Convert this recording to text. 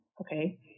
Okay